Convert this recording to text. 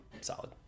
solid